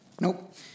nope